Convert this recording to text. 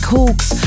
Hawks